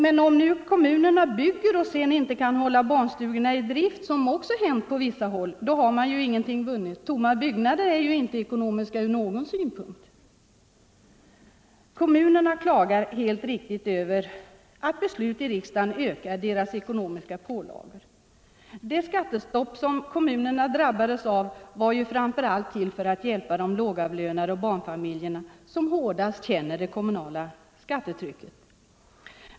Men om kommunerna bygger och sedan inte kan hålla barnstugorna i drift, vilket också hänt på vissa håll, har man ingenting vunnit. Tomma byggnader är ju inte ekonomiska ur någon synpunkt. Kommunerna klagar helt riktigt över att beslut i riksdagen ökar deras ekonomiska pålagor. Det skattestopp som kommunerna drabbades av var ju framför allt till för att hjälpa de lågavlönade och barnfamiljerna, som hårdast känner det kommunala skattetrycket.